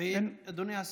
אדוני השר,